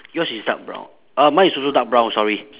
yours is dark brown uh mine is also dark brown sorry